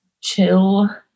chill